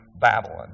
Babylon